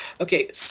Okay